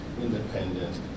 independent